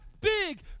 big